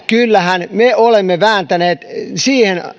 kyllähän me olemme vääntäneet siihen